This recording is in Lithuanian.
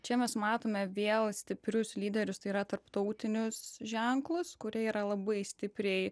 čia mes matome vėl stiprius lyderius tai yra tarptautinius ženklus kurie yra labai stipriai